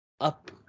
up